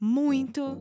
muito